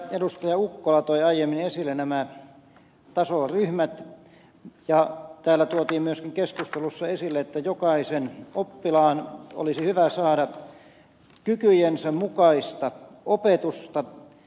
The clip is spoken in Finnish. ukkola toi aiemmin esille nämä tasoryhmät ja täällä tuotiin myöskin keskustelussa esille että jokaisen oppilaan olisi hyvä saada kykyjensä mukaista opetusta